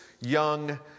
young